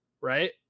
Right